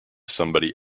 somebody